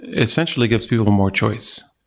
essentially gives people more choice.